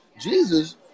Jesus